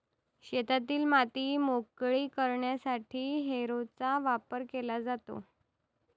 शेतातील माती मोकळी करण्यासाठी हॅरोचा वापर केला जातो